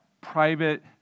private